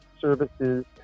services